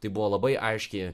tai buvo labai aiški